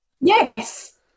Yes